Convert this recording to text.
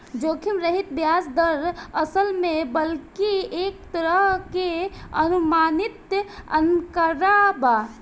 जोखिम रहित ब्याज दर, असल में बल्कि एक तरह के अनुमानित आंकड़ा बा